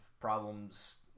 problems